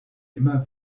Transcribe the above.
immer